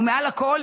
ומעל לכול,